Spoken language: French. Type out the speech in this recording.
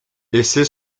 essaye